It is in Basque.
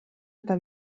eta